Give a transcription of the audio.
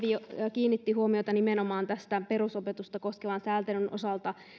kiinnitti huomiota perusopetusta koskevan sääntelyn osalta nimenomaan